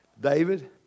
David